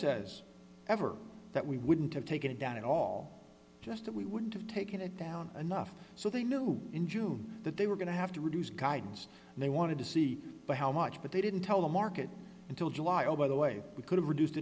says ever that we wouldn't have taken it down at all just that we wouldn't have taken it down enough so they knew in june that they were going to have to reduce guidance they wanted to see by how much but they didn't tell the market until july oh by the way we could have reduced